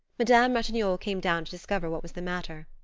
madame ratignolle came down to discover what was the matter.